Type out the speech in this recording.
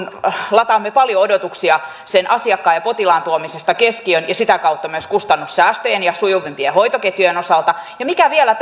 lataamme paljon odotuksia sen asiakkaan ja potilaan tuomisesta keskiöön ja sitä kautta myös kustannussäästöjen ja sujuvampien hoitoketjujen osalta ja mikä vielä